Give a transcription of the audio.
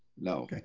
no